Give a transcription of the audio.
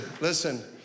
listen